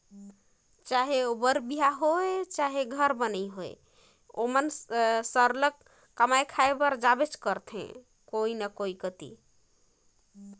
चहे ओ बर बिहा होए चहे घर बनई होए ओमन सरलग कमाए खाए बर जाबेच करथे कोनो कती